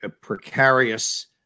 precarious